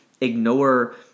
ignore